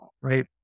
right